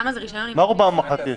מה רובם המוחלט?